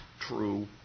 true